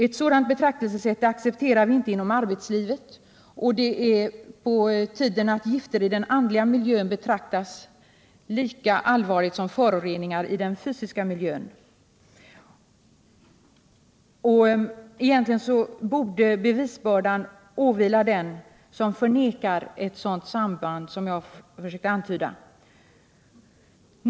Ett sådant betraktelsesätt accepterar vi inte inom arbetslivet. Det är på tiden att gifter i den andliga miljön betraktas som lika allvarliga som föroreningar i den fysiska miljön. Egentligen borde väl bevisbördan åvila den som förnekar ett sådant samband som jag har försökt antyda.